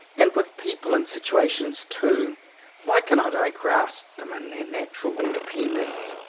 and with people and situations too why cannot i grasp them in their natural independence?